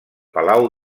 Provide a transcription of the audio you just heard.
palau